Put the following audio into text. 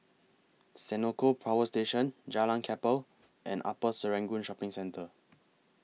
Senoko Power Station Jalan Kapal and Upper Serangoon Shopping Centre